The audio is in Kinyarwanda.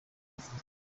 afurika